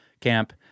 camp